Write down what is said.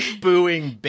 booing